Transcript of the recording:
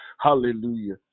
Hallelujah